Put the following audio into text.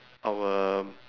our